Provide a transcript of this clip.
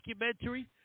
documentary